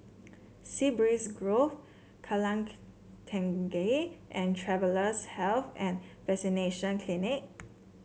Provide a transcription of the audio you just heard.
Sea Breeze Grove Kallang Tengah and Travellers' Health and Vaccination Clinic